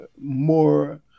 more